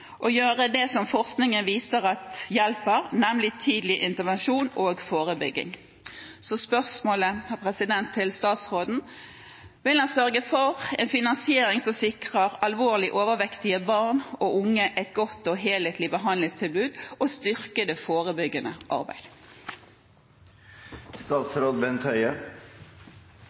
gjøre det som forskningen viser hjelper, nemlig tidlig intervensjon og forebygging. Så spørsmålet til statsråden er: Vil han sørge for en finansiering som sikrer alvorlig overvektige barn og unge et godt og helhetlig behandlingstilbud og styrke det forebyggende